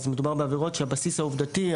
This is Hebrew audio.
מדובר בעבירות שהבסיס העובדתי,